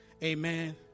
Amen